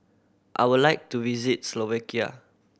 I would like to visit Slovakia